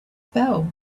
spell